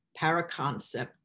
paraconcept